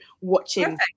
watching-